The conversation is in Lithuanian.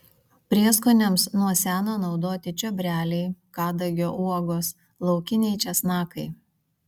prieskoniams nuo seno naudoti čiobreliai kadagio uogos laukiniai česnakai